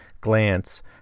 glance